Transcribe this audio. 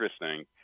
interesting